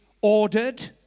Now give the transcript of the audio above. ordered